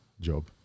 job